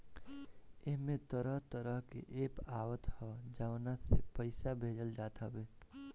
एमे तरह तरह के एप्प आवत हअ जवना से पईसा भेजल जात हवे